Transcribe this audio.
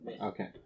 Okay